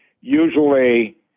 usually